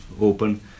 open